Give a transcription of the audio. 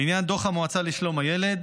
לעניין דוח המועצה לשלום הילד,